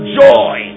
joy